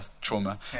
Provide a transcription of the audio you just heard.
trauma